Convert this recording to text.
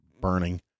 burning